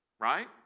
right